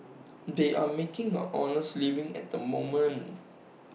they are making an honest living at the moment